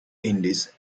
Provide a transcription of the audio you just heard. indies